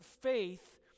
faith